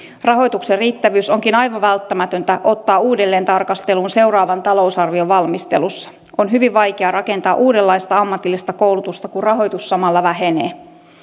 rahoituksen riittävyys onkin aivan välttämätöntä ottaa uudelleen tarkasteluun seuraavan talousarvion valmistelussa on hyvin vaikea rakentaa uudenlaista ammatillista koulutusta kun rahoitus samalla vähenee